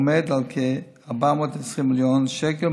עומד על כ-420 מיליון שקל,